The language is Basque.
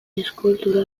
eskultura